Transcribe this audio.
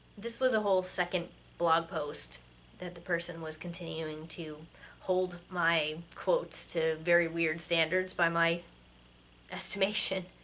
this was a whole second blog post that the person was continuing to hold my quotes to very weird standards, by my estimation.